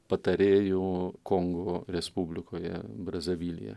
patarėju kongo respublikoje brazavilyje